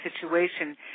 situation